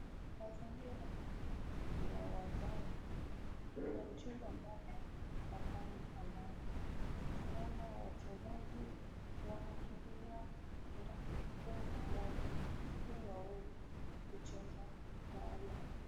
Mazingira ni ya uwanjani, kuna mchezo ambao unaendelea. Tunaona wachezaji wanakimbilia mpira huu mmoja ili waweze kucheza nalo.